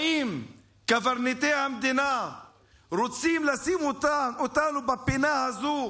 האם קברניטי המדינה רוצים לשים אותנו בפינה הזו